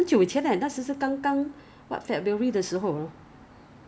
so did did like when they they they have to home-based learning right